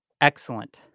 Excellent